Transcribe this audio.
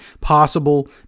possible